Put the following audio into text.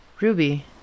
Ruby